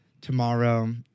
Tomorrow